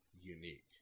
unique